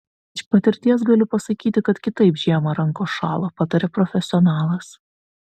iš patirties galiu pasakyti kad kitaip žiemą rankos šąla pataria profesionalas